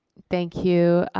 thank you.